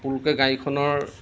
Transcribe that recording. আপোনালোকে গাড়ীখনৰ